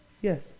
Yes